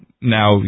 now